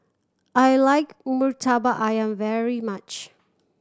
I like Murtabak Ayam very much